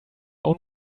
own